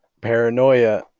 paranoia